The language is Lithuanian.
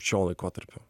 šio laikotarpio